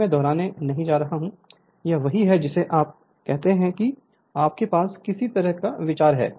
इसलिए मैं दोहराने नहीं जा रहा हूं यह वही है जिसे आप कहते हैं कि आपके पास किसी तरह का विचार है